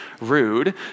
Rude